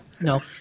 no